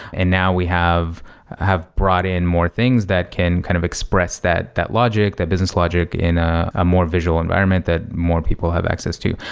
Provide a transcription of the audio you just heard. and now we have have brought in more things that can kind of express that that logic, that business logic in a ah more visual environment that more people have access to.